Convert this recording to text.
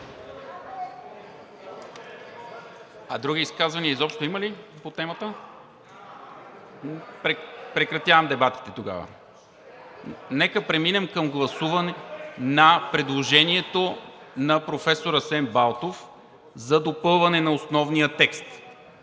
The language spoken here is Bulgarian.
Други изказвания по темата има ли? (Реплики: „Няма.“) Прекратявам дебатите тогава. Нека преминем към гласуване на предложението на професор Асен Балтов за допълване на основния текст